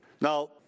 Now